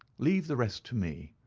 leave the rest to me.